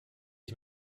ich